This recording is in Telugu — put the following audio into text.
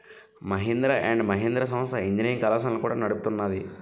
మహీంద్ర అండ్ మహీంద్ర సంస్థ ఇంజనీరింగ్ కళాశాలలను కూడా నడుపుతున్నాది